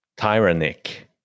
tyrannic